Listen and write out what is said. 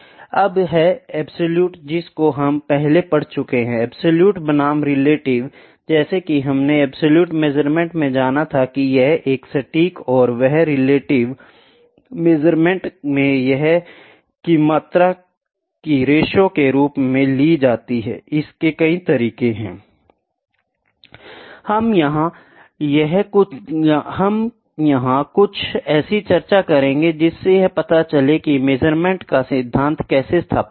अब है एब्सलूट जिसको हम पहले पढ़ चुके हैं एब्सलूट बनाम रिलेटिव जैसा कि हमने एब्सलूट मेजरमेंट में जाना था की यह है सटीक है और वही रिलेटिव मेजरमेंट में यह है मात्रा की रेशों के रूप में ली जाती है इसके कई तरीके हैं I अब हम यहां कुछ ऐसी चर्चा करेंगे जिससे यह पता चले की मेजरमेंट का सिद्धांत कैसे स्थापित हुआ